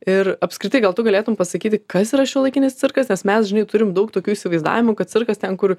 ir apskritai gal tu galėtum pasakyti kas yra šiuolaikinis cirkas nes mes žinai turim daug tokių įsivaizdavimų kad cirkas ten kur